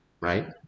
right